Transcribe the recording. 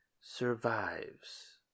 survives